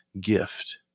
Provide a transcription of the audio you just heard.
gift